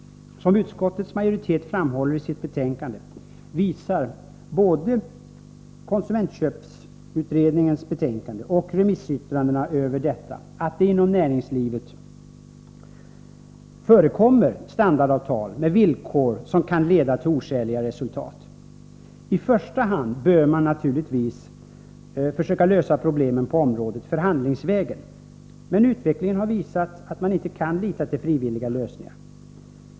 Som utskottsmajoriteten framhåller i sitt betänkande visar både konsumentköpsutredningens betänkande och remissyttrandena över detta att det inom näringslivet förekommer standardavtal med villkor som kan leda till oskäliga resultat. I första hand bör man naturligtvis försöka lösa problemen på området förhandlingsvägen. Men utvecklingen har visat att man inte kan lita till frivilliga lösningar.